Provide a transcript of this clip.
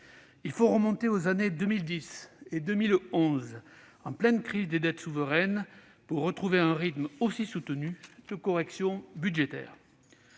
Il faut remonter aux années 2010 et 2011, en pleine crise des dettes souveraines, pour retrouver un rythme aussi soutenu de correction budgétaire.